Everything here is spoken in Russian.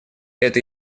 это